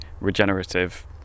regenerative